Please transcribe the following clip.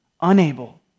unable